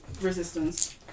Resistance